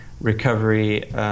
recovery